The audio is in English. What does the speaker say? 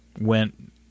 went